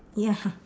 ya